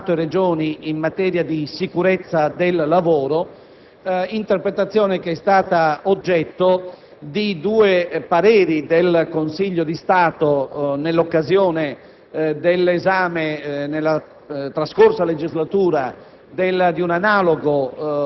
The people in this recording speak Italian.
una competenza concorrente tra Stato e Regioni in materia di sicurezza del lavoro, interpretazione che è stata oggetto di due pareri del Consiglio di Stato in occasione dell'esame